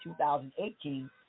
2018